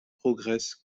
progresse